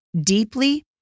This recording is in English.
deeply